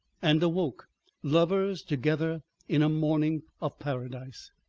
and awoke lovers together in a morning of paradise.